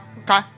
Okay